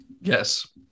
Yes